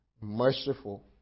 merciful